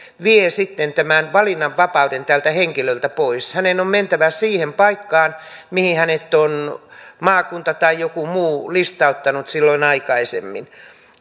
vie sitten tämän valinnanvapauden tältä henkilöltä pois hänen on mentävä siihen paikkaan mihin hänet on maakunta tai joku muu listauttanut silloin aikaisemmin